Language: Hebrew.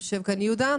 יושב כאן יהודה.